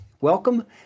Welcome